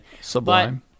Sublime